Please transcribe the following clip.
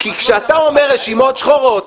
כי כשאתה אומר רשימות שחורות,